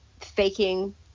faking